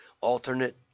Alternate